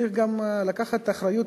צריך גם לקחת אחריות,